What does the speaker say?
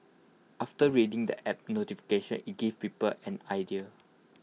after reading the app notification IT gives people an idea